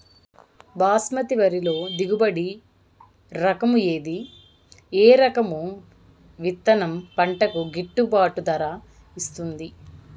బాస్మతి వరిలో దిగుబడి రకము ఏది ఏ రకము విత్తనం పంటకు గిట్టుబాటు ధర ఇస్తుంది